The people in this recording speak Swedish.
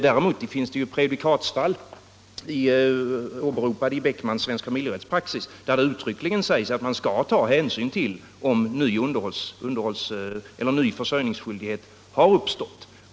Däremot finns det prejudikatsfall åberopade i Beckmans Svensk familjerättspraxis, där det uttryckligen sägs att man skall ta hänsyn till om ny försörjningsskyldighet har uppstått.